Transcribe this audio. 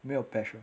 没有 passion